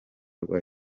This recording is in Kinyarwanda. rwa